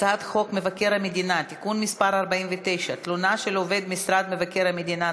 הצעת חוק מבקר המדינה (תיקון מס' 49) (תלונה של עובד משרד מבקר המדינה),